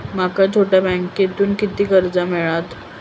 माका छोट्या बँकेतून किती कर्ज मिळात?